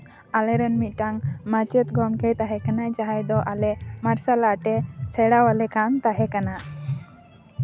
ᱟᱞᱮᱨᱮᱱ ᱢᱤᱫᱴᱟᱝ ᱢᱟᱪᱮᱫ ᱜᱚᱢᱠᱮᱭ ᱛᱟᱦᱮᱸ ᱠᱟᱱᱟᱭ ᱡᱟᱦᱟᱸᱭ ᱫᱚ ᱟᱞᱮ ᱢᱟᱨᱥᱟᱞ ᱟᱨᱴ ᱮ ᱥᱮᱬᱟ ᱟᱞᱮ ᱠᱟᱱ ᱛᱟᱦᱮᱸ ᱠᱟᱱᱟ